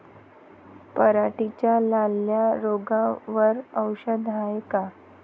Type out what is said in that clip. पराटीच्या लाल्या रोगावर औषध हाये का?